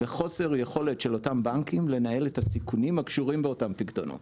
וחוסר יכולת של אותם בנקים לנהל את הסיכונים הקשורים באותם פקדונות.